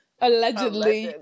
Allegedly